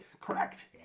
Correct